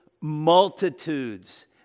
multitudes